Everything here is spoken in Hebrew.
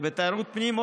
ותיירות הפנים,